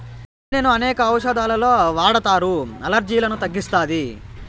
తేనెను అనేక ఔషదాలలో వాడతారు, అలర్జీలను తగ్గిస్తాది